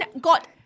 got